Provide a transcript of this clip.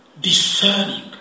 Discerning